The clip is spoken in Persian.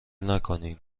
نکنین